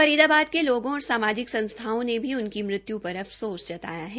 फरीदाबाद के लोगों और सामाजिक संगठनों ने भी उनकी मृत्यु पर अफसोस जताया है